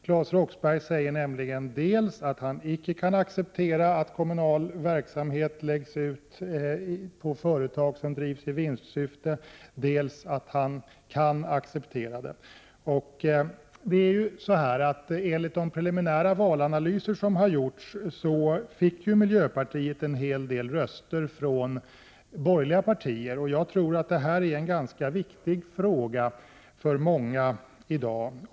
Claes Roxbergh säger nämligen dels att han inte kan acceptera att kommunal verksamhet sköts av företag som drivs i vinstsyfte, dels att han kan acceptera det. Enligt de preliminära valanalyser som har gjorts fick ju miljöpartiet en hel del röster från borgerliga partier, så jag tror att detta är en ganska viktig fråga för många i dag.